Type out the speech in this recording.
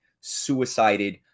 suicided